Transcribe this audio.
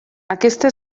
aquesta